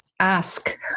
ask